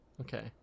Okay